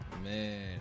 Man